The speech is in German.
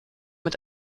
mit